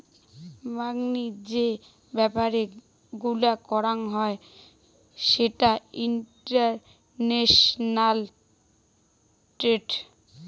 মাংনি যে ব্যাপার গুলা করং হই সেটা ইন্টারন্যাশনাল ট্রেড